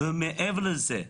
מעבר לזה,